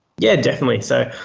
yeah definitely. so,